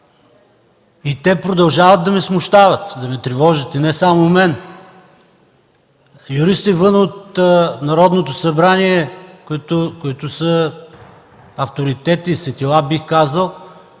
Те продължават да ме смущават и да ме тревожат. И не само мен, а и юристи, вън от Народното събрание, които са авторитети и светила, бих казал,